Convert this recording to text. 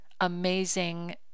amazing